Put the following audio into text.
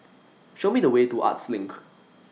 Show Me The Way to Arts LINK